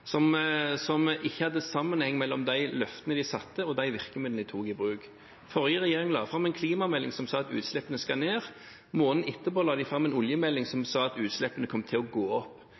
som ikke hadde sammenheng mellom de løftene de hadde og de virkemidlene de tok i bruk. Forrige regjering la fram en klimamelding som sa at utslippene skal ned. Måneden etter la de fram en oljemelding som sa at utslippene kom til å gå opp.